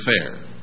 fair